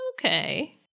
Okay